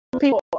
people